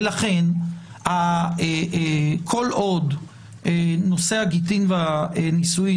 ולכן כל עוד נושא הגיטין והנישואין